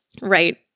Right